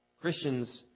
Christians